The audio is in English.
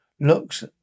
Looks